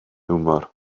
hiwmor